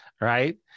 right